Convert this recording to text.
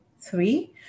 Three